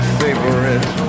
favorite